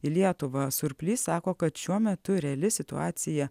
į lietuvą surplys sako kad šiuo metu reali situacija